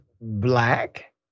black